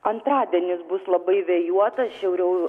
antradienis bus labai vėjuotas šiauriau